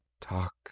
talk